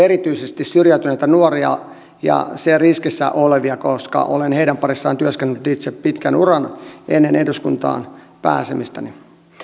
erityisesti syrjäytyneitä nuoria ja siinä riskissä olevia koska olen heidän parissaan työskennellyt itse pitkän uran ennen eduskuntaan pääsemistäni